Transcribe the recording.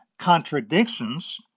contradictions